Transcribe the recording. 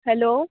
hello